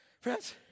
Friends